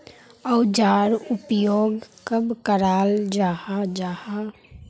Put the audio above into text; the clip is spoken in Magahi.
औजार उपयोग कब कराल जाहा जाहा?